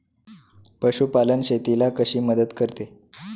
पशुपालन शेतीला कशी मदत करते?